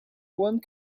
one